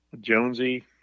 Jonesy